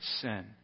sin